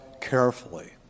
carefully